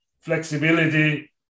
Flexibility